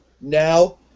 now